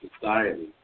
society